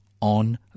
on